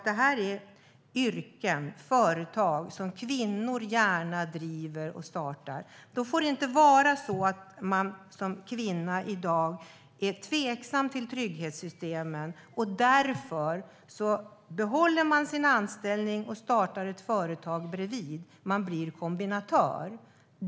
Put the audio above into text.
Det här är yrken där kvinnor gärna startar och driver företag, och det får inte vara så att man som kvinna i dag är tveksam till trygghetssystemen och därför behåller sin anställning och startar ett företag bredvid, det vill säga blir kombinatör.